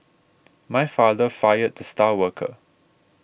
my father fired the star worker